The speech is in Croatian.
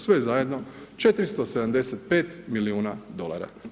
Sve zajedno 475 milijuna dolara.